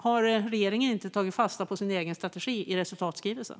Har regeringen inte tagit fasta på sin egen strategi i resultatskrivelsen?